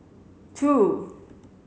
two